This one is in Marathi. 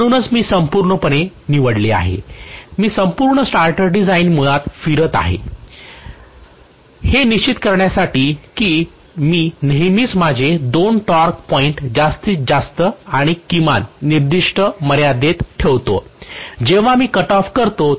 म्हणूनच मी संपूर्णपणे निवडले आहे की संपूर्ण स्टार्टर डिझाइन मुळात फिरत आहे हे निश्चित करण्यासाठी की मी नेहमीच माझे दोन टॉर्क पॉईंट जास्तीत जास्त आणि किमान निर्दिष्ट मर्यादेत ठेवतो जेव्हा मी कट ऑफ करतो